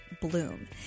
Bloom